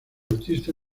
artista